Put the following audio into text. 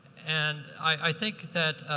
and i think that